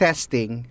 Testing